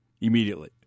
immediately